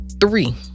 Three